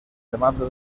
demanda